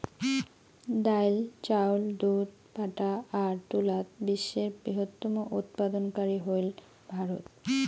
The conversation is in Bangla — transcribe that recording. ডাইল, চাউল, দুধ, পাটা আর তুলাত বিশ্বের বৃহত্তম উৎপাদনকারী হইল ভারত